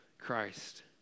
Christ